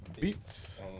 Beats